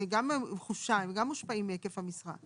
הם גם מושפעים מהיקף המשרה.